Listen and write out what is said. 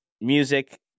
music